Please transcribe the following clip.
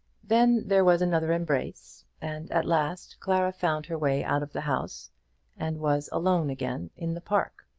then there was another embrace, and at last clara found her way out of the house and was alone again in the park.